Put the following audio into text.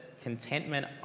Contentment